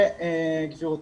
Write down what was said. של עוד נער או צעירה,